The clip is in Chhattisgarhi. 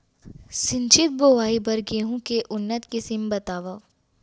सिंचित बोआई बर गेहूँ के उन्नत किसिम बतावव?